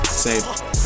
Save